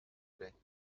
plaît